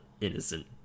innocent